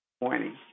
morning